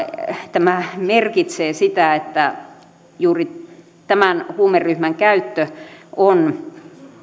tämä merkitsee sitä että juuri tämän huumeryhmän käyttö on